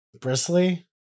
Bristly